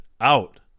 out